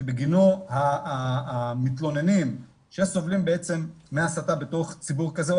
שבגינו המתלוננים שסובלים מהסתה בתוך ציבור כזה או